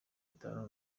itanu